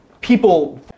people